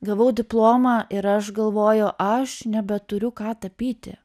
gavau diplomą ir aš galvoju aš nebeturiu ką tapyti